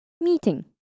meeting